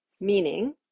meaning